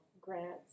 grants